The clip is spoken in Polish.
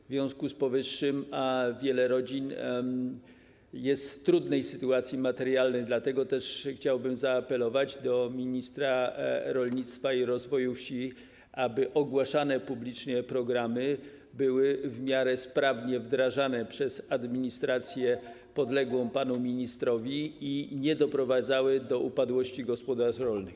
W związku z powyższym wiele rodzin jest w trudnej sytuacji materialnej, dlatego też chciałbym zaapelować do ministra rolnictwa i rozwoju wsi, aby ogłaszane publicznie programy były w miarę sprawnie wdrażane przez administrację podległą panu ministrowi i nie doprowadzały do upadłości gospodarstw rolnych.